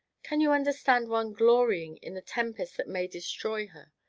can you understand one glorying in the tempest that may destroy her,